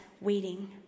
waiting